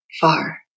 far